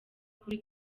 kuri